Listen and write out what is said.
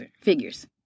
figures